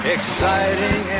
Exciting